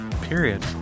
period